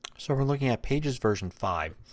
so we're looking at pages version five.